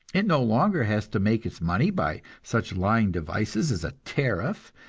it no longer has to make its money by such lying devices as a tariff,